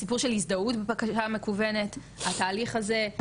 הסיפור של הזדהות בבקשה מקוונת, התהליך הזה.